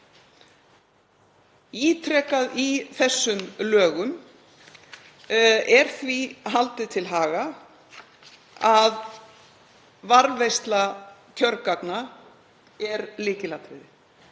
Ítrekað í þessum lögum er því haldið til haga að varðveisla kjörgagna er lykilatriði.